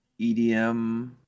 EDM